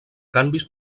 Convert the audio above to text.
canvis